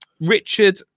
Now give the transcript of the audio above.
Richard